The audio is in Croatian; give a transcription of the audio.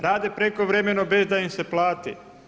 Rade prekovremeno bez da im se plati.